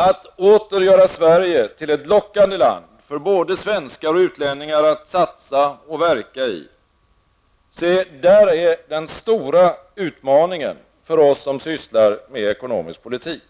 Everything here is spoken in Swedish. Att åter göra Sverige till ett lockande land för både svenskar och utlänningar att satsa och verka i -- se, där är den stora utmaningen för oss som sysslar med ekonomisk politik.